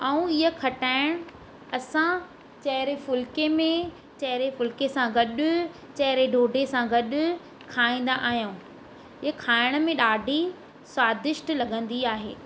ऐं हीअ खटाइण असां चैरे फुल्के में चैरे फुल्के सां गॾु चैरे ॾोॾे सां गॾु खाईंदा आहियूं हीअ खाइण में ॾाढी स्वादिष्ट लॻंदी आहे